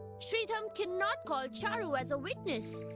sridham cannot call charu as a witness.